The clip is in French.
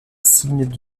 signe